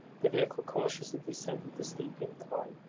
the vehicle cautiously descended the steep incline,